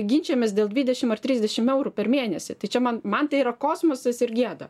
ginčijamės dėl dvidešim ar trisdešim eurų per mėnesį tai čia man man tai yra kosmosas ir gėda